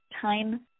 time